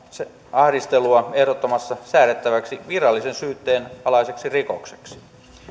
ahdistelua ehdottamassa säädettäväksi virallisen syytteen alaiseksi rikokseksi